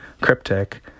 cryptic